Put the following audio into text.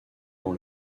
dans